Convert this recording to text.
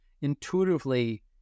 intuitively